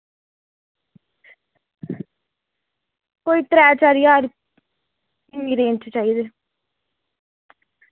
कोई त्रै चार ज्हार इन्नी रेंज च चाहिदे